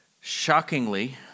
shockingly